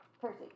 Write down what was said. Percy